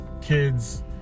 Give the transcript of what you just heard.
kids